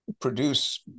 produce